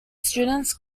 students